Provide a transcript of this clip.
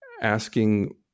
asking